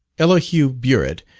elihu burritt,